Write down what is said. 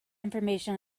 information